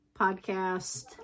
podcast